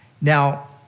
Now